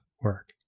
work